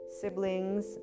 Siblings